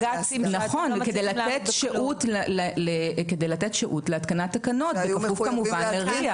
--- כדי לתת שהות להתקנת תקנות בכפוף כמובן לריא.